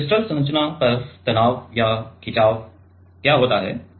तो क्रिस्टल संरचना पर तनाव या खिंचाव क्या होता है